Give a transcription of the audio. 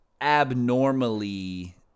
abnormally